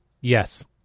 Yes